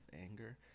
anger